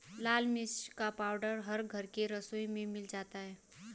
लाल मिर्च का पाउडर हर घर के रसोई में मिल जाता है